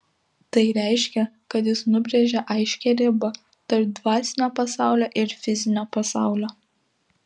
tai reiškia kad jis nubrėžia aiškią ribą tarp dvasinio pasaulio ir fizinio pasaulio